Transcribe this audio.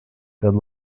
good